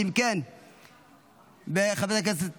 וחברת הכנסת